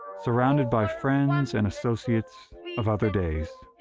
surrounded by friends and associates of other days,